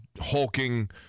hulking